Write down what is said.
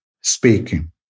speaking